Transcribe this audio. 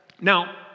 Now